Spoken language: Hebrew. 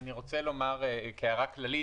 אני רוצה לומר כהערה כללית.